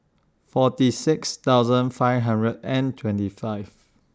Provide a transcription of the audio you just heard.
forty six thousand five hundred and twenty five